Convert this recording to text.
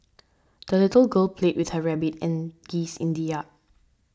the little girl played with her rabbit and geese in the yard